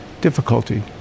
difficulty